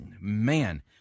man